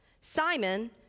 Simon